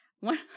One